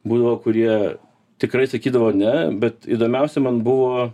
būdavo kurie tikrai sakydavo ne bet įdomiausia man buvo